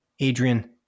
Adrian